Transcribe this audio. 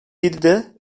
yedide